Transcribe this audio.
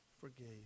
forgave